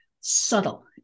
subtle